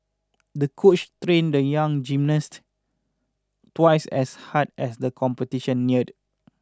the coach trained the young gymnast twice as hard as the competition neared